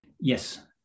yes